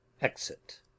exit